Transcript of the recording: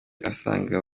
asanga